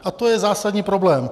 A to je zásadní problém.